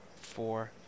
four